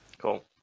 Cool